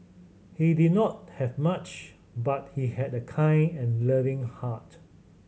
he did not have much but he had a kind and loving heart